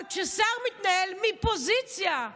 אבל כששר מתנהל מפוזיציה,